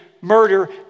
murder